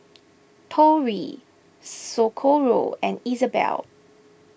Tori Socorro and Isabelle